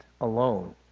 alone